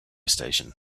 station